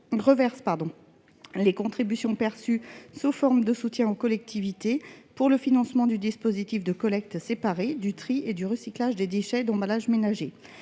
reversent les contributions perçues sous forme de soutien aux collectivités pour le financement du dispositif de collecte séparée, du tri et du recyclage des déchets d'emballages ménagers.